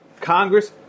Congress